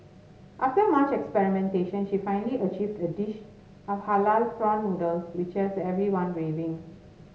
after much experimentation she finally achieved a dish of halal prawn noodles which has everyone raving